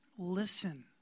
Listen